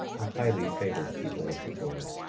a highly favored people of the lord.